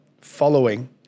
following